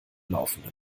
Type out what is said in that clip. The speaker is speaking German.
laufenden